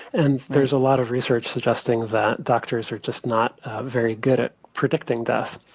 and there's a lot of research suggesting that doctors are just not very good at predicting death.